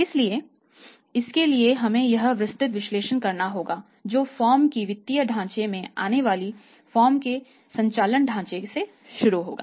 इसलिए इसके लिए हमें यह विस्तृत विश्लेषण करना होगा जो फर्म के वित्तीय ढांचे में आने वाली फर्म के संचालन ढांचे से शुरू होगा